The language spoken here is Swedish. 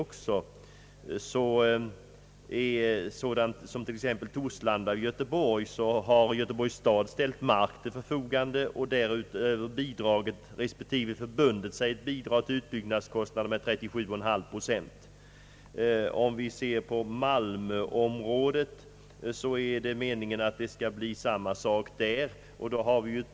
För Torslanda har Göteborgs stad ställt mark till förfogande och därutöver bidragit respektive förbundit sig till att bidra till utbyggnadskostnaderna med 37,5 procent. Det är meningen att det skall bli samma sak i malmöområdet.